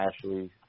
Ashley